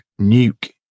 Nuke